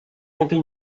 compter